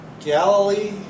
Galilee